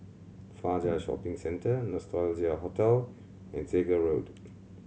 Fajar Shopping Centre Nostalgia Hotel and Segar Road